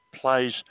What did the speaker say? plays